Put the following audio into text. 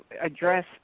Address